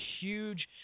huge